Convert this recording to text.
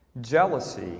Jealousy